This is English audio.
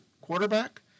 quarterback